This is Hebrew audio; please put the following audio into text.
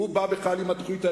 הוא בא בכלל עם התוכנית האלוהית,